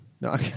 no